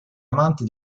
amanti